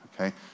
okay